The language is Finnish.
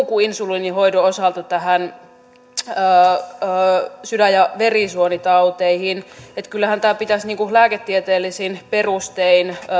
kuin insuliinihoidon osalta sydän ja verisuonitauteihin että kyllähän tämä pitäisi lääketieteellisin perustein